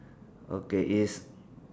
okay is